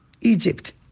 Egypt